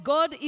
God